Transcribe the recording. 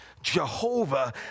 Jehovah